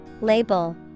Label